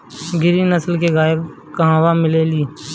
गिरी नस्ल के गाय कहवा मिले लि?